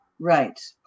Right